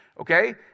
okay